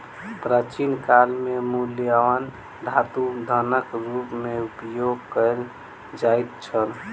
प्राचीन काल में मूल्यवान धातु धनक रूप में उपयोग कयल जाइत छल